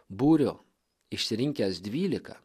būrio išsirinkęs dvylika